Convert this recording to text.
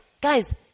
guys